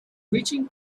reaching